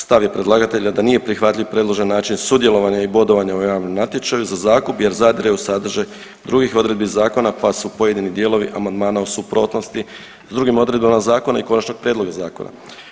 Stav je predlagatelja da nije prihvatljiv predložen način sudjelovanja i bodovanja u javnom natječaju za zakup jer zadire u sadržaj drugih odredbi zakona pa su pojedini dijelovi amandmana u suprotnosti sa drugim odredbama zakona i konačnog prijedloga zakona.